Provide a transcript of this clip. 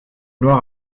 noir